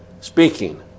speaking